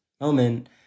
moment